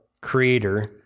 creator